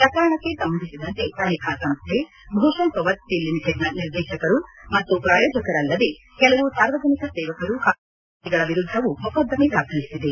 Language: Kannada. ಪ್ರಕರಣಕ್ಷೆ ಸಂಬಂಧಿಸಿದಂತೆ ತನಿಖಾ ಸಂಸ್ವೆಯು ಭೂಷಣ್ ಪವರ್ ಸ್ವೀಲ್ ಲಿಮಿಟೆಡ್ನ ನಿರ್ದೇಶಕರು ಮತ್ತು ಪ್ರಾಯೋಜಕರು ಅಲ್ಲದೇ ಕೆಲವು ಸಾರ್ವಜನಿಕ ಸೇವಕರು ಹಾಗೂ ಇತರ ಖಾಸಗಿ ವ್ಯಕ್ತಿಗಳ ವಿರುದ್ದವೂ ಮೊಕದ್ದಮೆ ದಾಖಲಿಸಿದೆ